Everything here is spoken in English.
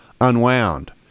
unwound